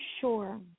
Sure